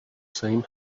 same